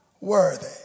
worthy